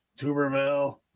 Tuberville